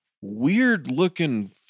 weird-looking